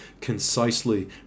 concisely